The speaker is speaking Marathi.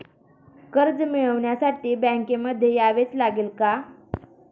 कर्ज मिळवण्यासाठी बँकेमध्ये यावेच लागेल का?